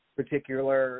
particular